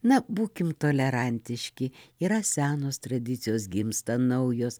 na būkim tolerantiški yra senos tradicijos gimsta naujos